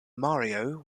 mario